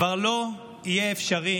כבר לא יהיה אפשרי